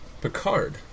Picard